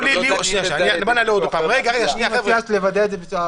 אני מציע רק לוודא את זה.